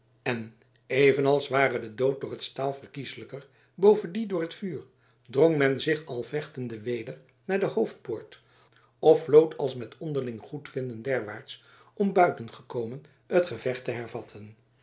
en evenals ware de dood door het staal verkieslijker boven dien door het vuur drong men zich al vechtende weder naar de hoofdpoort of vlood als met onderling goedvinden derwaarts om buiten gekomen het gevecht te hervatten